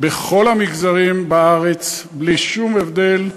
זה בכל המגזרים בארץ, בלי שום הבדל.